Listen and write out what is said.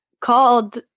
called